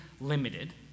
limited